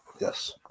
Yes